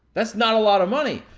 that's not a lot of money.